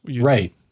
Right